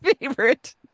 favorite